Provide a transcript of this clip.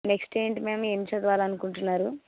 next ఏంటి మేము ఏమి చదవాలి అనుకుంటున్నారు